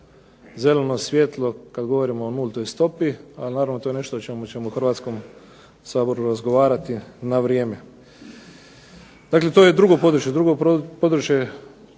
zeleno svjetlo kad govorimo o nultoj stopi. Ali naravno, to je nešto o čemu ćemo u Hrvatskom saboru razgovarati na vrijeme. Dakle to je drugo područje.